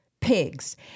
pigs